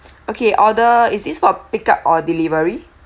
okay order is this for pick up or delivery